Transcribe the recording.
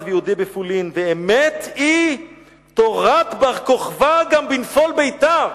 ויהודי בפולין / ואמת היא תורת בר-כוכבא גם בנפול ביתר!"